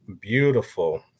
beautiful